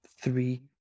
three